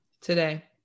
Today